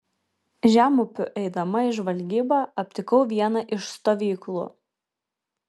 žemupiu eidama į žvalgybą aptikau vieną iš stovyklų